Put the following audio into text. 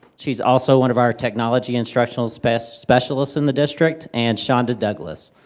she's also one of our technology instructional specialists specialists in the district, and shanda douglas.